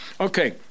Okay